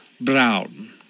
Brown